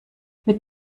mit